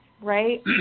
right